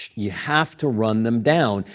you have to run them down.